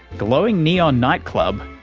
glowing neon nightclub,